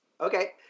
Okay